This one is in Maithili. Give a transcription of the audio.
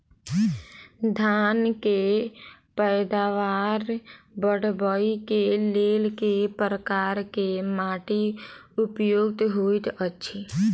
धान केँ पैदावार बढ़बई केँ लेल केँ प्रकार केँ माटि उपयुक्त होइत अछि?